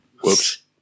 Whoops